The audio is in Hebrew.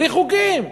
בלי חוקים.